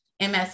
MS